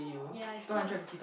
ya it's two hun